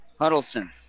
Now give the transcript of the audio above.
Huddleston